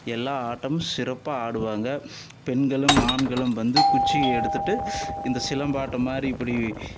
எல்லா ஆட்டமும் சிறப்பாக ஆடுவாங்க பெண்களும் ஆண்களும் வந்து குச்சியை எடுத்துட்டு இந்த சிலம்பாட்டம் மாதிரி இப்படி